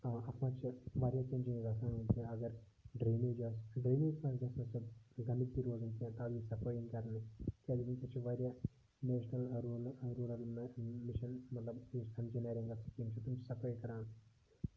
علاقس منٛز چھِ اَسہِ واریاہ کیٚنٛہہ چیٖز آسان اَگر ڈرینیج آسہِ ڈرینیج منٛز یۄس ہسا سۄ گنٛدٕگی روزان چھِ یوٚتام نہَ صفٲیی کَرنہٕ کیٛازِ وُنکٮ۪س چھُ واریاہ نیشنَل روٗرَل روٗرَل مِشن مطلب یُس زن نَریگا سِکیٖم چھِ تِم چھِ صفٲیی کَران